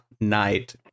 night